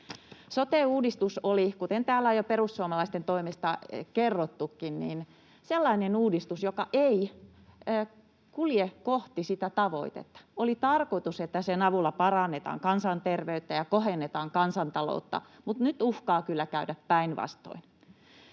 Sote-uudistus oli, kuten täällä on jo perussuomalaisten toimesta kerrottukin, sellainen uudistus, joka ei kulje kohti sitä tavoitetta. Oli tarkoitus, että sen avulla parannetaan kansanterveyttä ja kohennetaan kansantaloutta, mutta nyt uhkaa kyllä käydä päinvastoin.